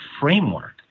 framework